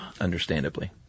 Understandably